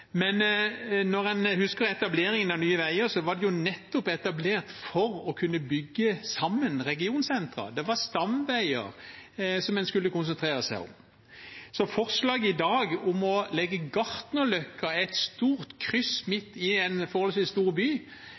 nettopp for å kunne bygge sammen regionsenter. Det var stamveier en skulle konsentrere seg om. Så forslaget i dag om å legge Gartnerløkka, et stort kryss midt i en forholdsvis stor by,